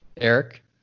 Eric